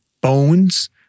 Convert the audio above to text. bones